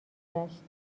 گشت